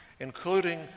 Including